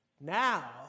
Now